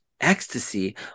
ecstasy